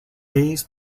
days